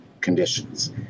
conditions